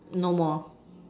no more